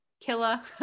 Killa